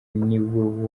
niwe